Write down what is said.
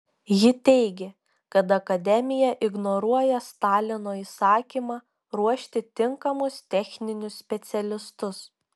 ji teigė kad akademija ignoruoja stalino įsakymą ruošti tinkamus techninius specialistus